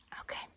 okay